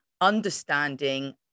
understanding